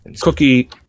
Cookie